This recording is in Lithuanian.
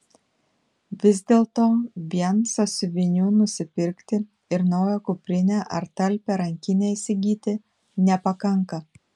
vis dėlto vien sąsiuvinių nusipirkti ir naują kuprinę ar talpią rankinę įsigyti nepakanka